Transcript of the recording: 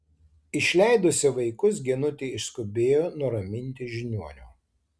išleidusi vaikus genutė išskubėjo nuraminti žiniuonio